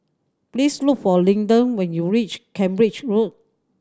please look for Linden when you reach Cambridge Road